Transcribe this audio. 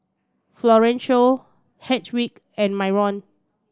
Florencio Hedwig and Myron